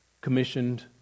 commissioned